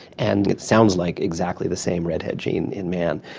and it sounds like exactly the same redhead gene in man.